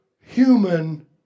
human